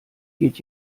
geht